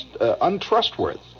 untrustworthy